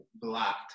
blocked